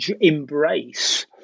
embrace